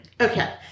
Okay